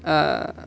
uh